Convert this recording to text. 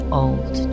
old